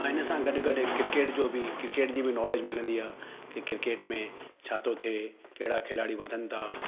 ऐं इन सां गॾु हिकु क्रिकेट जो बि क्रिकेट जी बि नॉलेज मिलंदी आहे की क्रिकेट में छा थो थिए कहिड़ा खिलाड़ी वधनि था